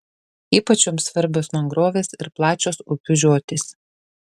ypač joms svarbios mangrovės ir plačios upių žiotys